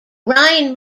rhine